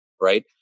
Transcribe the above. right